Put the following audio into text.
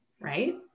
right